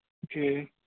ठीक